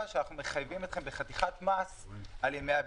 שאנחנו מחייבים אתכם בחתיכת מס על ימי הבידוד.